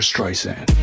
Streisand